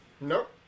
Nope